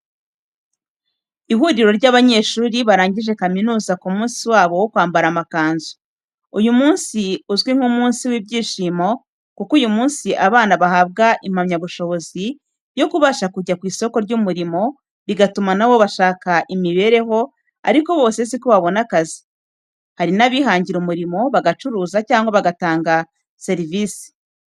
Ihuriro ry'abanyeshuri barangije kaminuza k'umunsi wabo wo kwambara amakanzu, uyu munsi uzwi nka umunsi wibyishimo kuko uyu munsi abana bahabwa impamyabushobozi yo kubasha kujya kw'isoko ry'umurimo bigatuma nabo bashaka imibereho ariko bose siko babona akazi, hari nabihangira umurimo, bagacuruza cyangwa bagatanga serivisi.